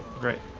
great